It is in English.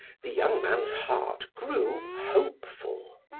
the young man's heart grew hopeful.